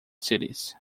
cities